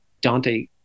Dante